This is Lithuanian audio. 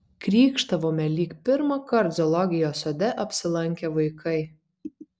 krykštavome lyg pirmąkart zoologijos sode apsilankę vaikai